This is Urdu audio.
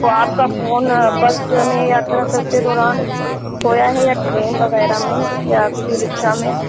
تو آپ کا فون بس میں یاترا کرتے دوران کھویا ہے یا ٹرین وغیرہ میں یا کسی رکشا میں